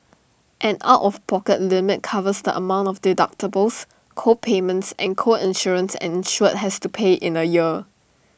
an out of pocket limit covers the amount of deductibles co payments and co insurance an insured has to pay in A year